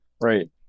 right